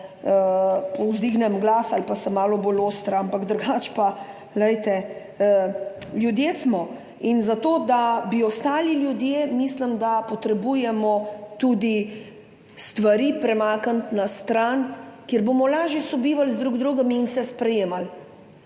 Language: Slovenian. malo povzdignem glas ali pa sem malo bolj ostra. Drugače pa, glejte, ljudje smo. In za to, da bi ostali ljudje, mislim, da moramo tudi stvari premakniti na stran, kjer bomo lažje sobivali drug z drugim in se sprejemali.